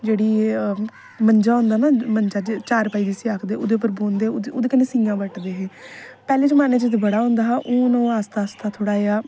जेहड़ी मंजा होंदा ना मंजा चारपाई जिसी आक्खदे ओहदे उप्पर बौंहदे ओहदे कन्नै सीयां बटदे हे पैहलें जमाने च ते बड़ा होंदा हा ते हून आस्ता आस्ता थोह्ड़ा जेहा